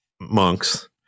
monks